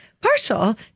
partial